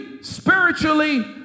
spiritually